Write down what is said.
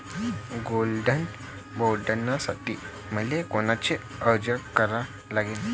Gold बॉण्डसाठी मले कोनचा अर्ज भरा लागन?